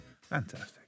Fantastic